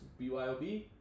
BYOB